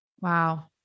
Wow